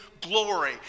glory